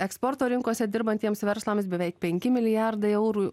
eksporto rinkose dirbantiems verslams beveik penki milijardai eurų